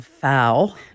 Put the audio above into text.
foul